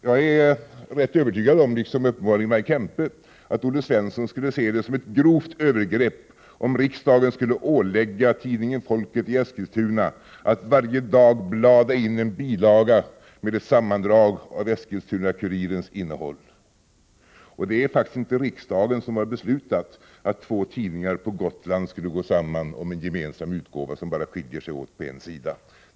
Jag är — liksom uppenbarligen Maj Kempe — rätt övertygad om att Olle Svensson skulle se det som ett grovt övergrepp om riksdagen skulle ålägga tidningen Folket i Eskilstuna att varje dag blada in en bilaga med ett sammandrag av Eskilstuna-Kurirens innehåll. Och det är faktiskt inte riksdagen som har beslutat att två tidningar på Gotland skulle gå samman om en gemensam utgåva som bara skiljer sig åt med en sida.